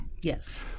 Yes